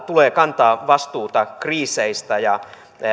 tulee kantaa vastuuta kriiseistä ja